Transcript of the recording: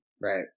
Right